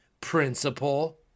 principle